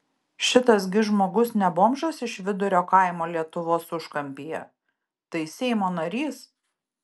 šitas gi žmogus ne bomžas iš vidurio kaimo lietuvos užkampyje tai seimo narys